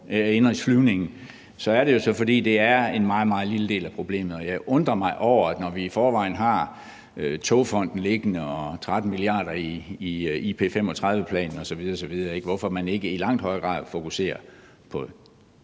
så er det, fordi det er en meget, meget lille del af problemet. Og jeg undrer mig over, når vi i forvejen har Togfonden DK liggende og vi har 13 mia. kr. i infrastrukturplanen 2035 osv. osv., hvorfor man ikke i langt højere grad fokuserer på dén